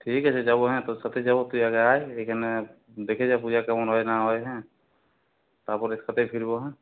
ঠিক আছে যাবো হ্যাঁ তোর সাথেই যাবো তুই আগে আয় এখানে দেখে যা পুজা কেমন হয় না হয় হ্যাঁ তারপরে একসাথেই ফিরবো হ্যাঁ